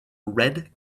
red